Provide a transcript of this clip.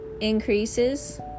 increases